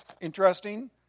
interesting